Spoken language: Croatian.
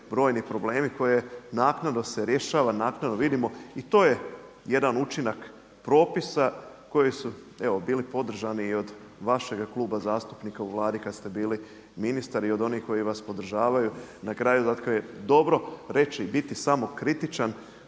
brojni problemi koje naknadno se rješava, naknadno vidimo. I to je jedan učinak propisa koji su evo bili podržani i od vašeg kluba zastupnika u Vladi kad ste bili ministar i od onih koji vas podržavaju. Na kraju dakle je dobro reći i biti samokritičan,